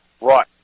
right